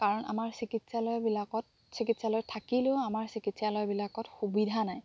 কাৰণ আমাৰ চিকিৎসালয় বিলাকত চিকিৎসালয় থাকিলেও আমাৰ চিকিৎসালয় বিলাকত সুবিধা নাই